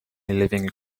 living